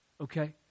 okay